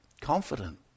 confident